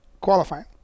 qualifying